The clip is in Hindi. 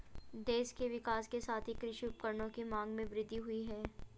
देश के विकास के साथ ही कृषि उपकरणों की मांग में वृद्धि हुयी है